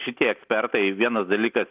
šitie ekspertai vienas dalykas